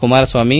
Kumaraswamy